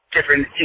different